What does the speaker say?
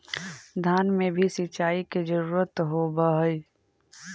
धान मे भी सिंचाई के जरूरत होब्हय?